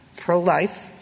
pro-life